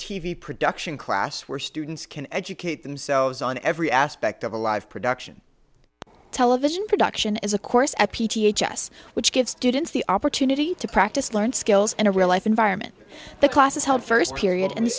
v production class where students can educate themselves on every aspect of a live production television production is of course at p g h s which gives students the opportunity to practice learn skills in a real life environment the class is held first period and